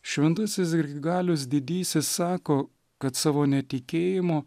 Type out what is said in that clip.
šventasis grigalius didysis sako kad savo netikėjimu